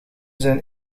zijn